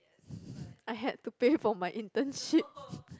I had to pay for my internship